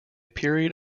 period